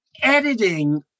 editing